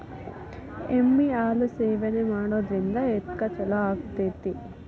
ಎಮ್ಮಿ ಹಾಲು ಸೇವನೆ ಮಾಡೋದ್ರಿಂದ ಎದ್ಕ ಛಲೋ ಆಕ್ಕೆತಿ?